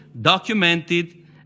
documented